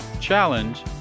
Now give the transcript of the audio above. challenge